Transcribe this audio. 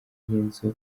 y’inzu